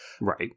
Right